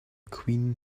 queen